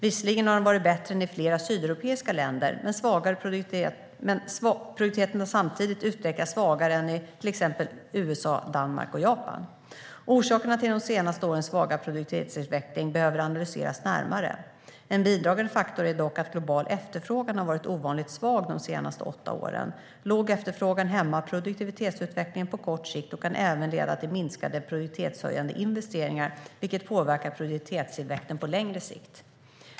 Visserligen har den varit bättre än i flera sydeuropeiska länder, men produktiviteten har samtidigt utvecklats svagare än i till exempel USA, Danmark och Japan. Orsakerna till de senaste årens svaga produktivitetsutveckling behöver analyseras närmare. En bidragande faktor är dock att global efterfrågan har varit ovanligt svag de senaste åtta åren. Låg efterfrågan hämmar produktivitetsutvecklingen på kort sikt och kan även leda till minskande produktivitetshöjande investeringar, vilket påverkar produktivitetstillväxten på längre sikt.